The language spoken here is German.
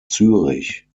zürich